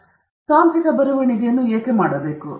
ಆದ್ದರಿಂದ ನೀವು ತಾಂತ್ರಿಕ ಬರವಣಿಗೆಯನ್ನು ಏಕೆ ಮಾಡಬೇಕು